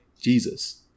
Jesus